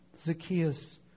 Zacchaeus